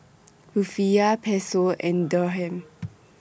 Rufiyaa Peso and Dirham